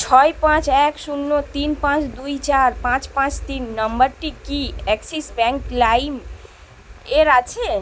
ছয় পাঁচ এক শূন্য তিন পাঁচ দুই চার পাঁচ পাঁচ তিন নম্বরটি কি অ্যাক্সিস ব্যাঙ্ক লাইম এর আছে